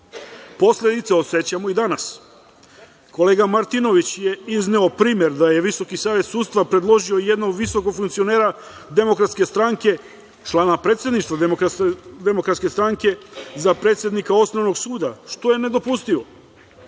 vlasti. Posledice osećamo i danas. Kolega Martinović je izneo primer da je Visoki savet sudstva predložio jednog visokog funkcionera Demokratske stranke, člana predsedništva Demokratske stranke, za predsednika Osnovnog suda, što je nedopustivo. Primera